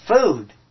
food